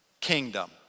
kingdom